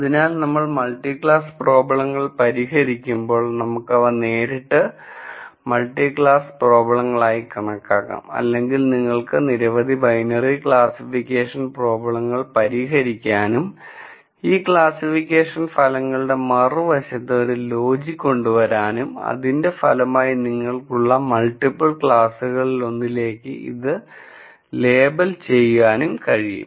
അതിനാൽ നമ്മൾ multi class പ്രോബ്ലങ്ങൾ പരിഹരിക്കുമ്പോൾ നമുക്ക് അവ നേരിട്ട് മൾട്ടി ക്ലാസ് പ്രോബ്ലങ്ങളായി കണക്കാക്കാം അല്ലെങ്കിൽ നിങ്ങൾക്ക് നിരവധി ബൈനറി ക്ലാസിഫിക്കേഷൻ പ്രോബ്ലങ്ങൾ പരിഹരിക്കാനും ഈ ക്ലാസ്സിഫിക്കേഷൻ ഫലങ്ങളുടെ മറുവശത്ത് ഒരു ലോജിക്ക് കൊണ്ടുവരാനും അതിന്റെ ഫലമായി നിങ്ങൾക്കുള്ള മൾട്ടിപ്പിൾ ക്ലാസുകളിലൊന്നിലേക്ക് അത് ലേബൽ ചെയ്യാനും കഴിയും